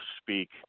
speak